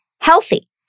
healthy